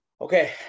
Okay